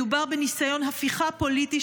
מדובר בניסיון הפיכה פוליטי,